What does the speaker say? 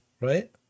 right